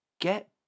Get